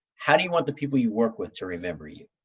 how do you want the people you work with to remember you?